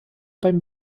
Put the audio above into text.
beim